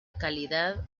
calidad